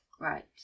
Right